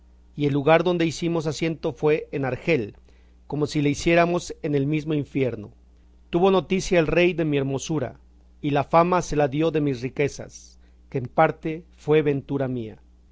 y el lugar donde hicimos asiento fue en argel como si le hiciéramos en el mismo infierno tuvo noticia el rey de mi hermosura y la fama se la dio de mis riquezas que en parte fue ventura mía